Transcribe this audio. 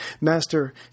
Master